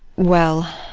well